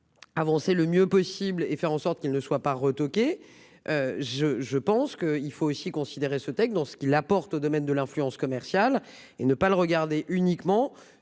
Avancer le mieux possible, et faire en sorte qu'il ne soit pas retoqué. Je je pense que il faut aussi considérer ce texte dans ce qu'il apporte au domaine de l'influence commerciale et ne pas le regarder uniquement